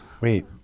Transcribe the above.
Wait